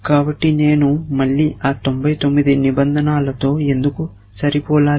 కాబట్టి నేను మళ్ళీ ఆ 99 నిబంధనలతో ఎందుకు సరిపోలాలి